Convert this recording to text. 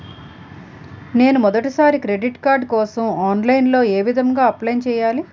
నేను మొదటిసారి credit card కోసం ఆన్లైన్ లో ఏ విధంగా అప్లై చేయాలి?